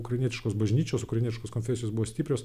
ukrainietiškos bažnyčios ukrainietiškos konfesijos buvo stiprios